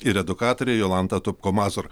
ir edukatorė jolanta topko mazur